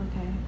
Okay